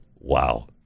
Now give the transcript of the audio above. Wow